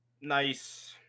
nice